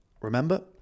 Remember